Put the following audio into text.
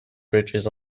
bridges